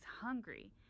hungry